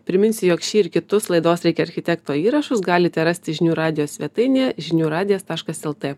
priminsiu jog šį ir kitus laidos reikia architekto įrašus galite rasti žinių radijo svetainėje žinių radijas taškas lt